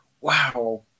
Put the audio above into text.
wow